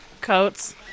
Coats